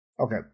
Okay